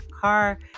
car